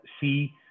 see